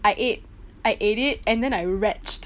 I ate I ate it and then I wretched